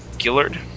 Gillard